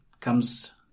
comes